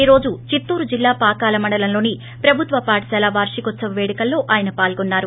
ఈ రోజు చిత్తూరు జిల్లా పాకాల మండలంలోని ప్రభుత్వ పాఠశాల వార్షికోత్సవ పేడుకల్లో ఆయన పాల్గొన్నారు